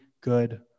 good